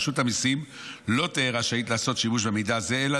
רשות המיסים לא תהא רשאית לעשות שימוש במידע זה אלא